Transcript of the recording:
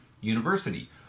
University